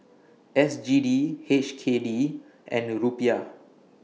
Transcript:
S G D H K D and Rupiah